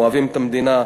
אוהבים את המדינה,